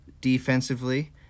Defensively